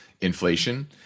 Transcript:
inflation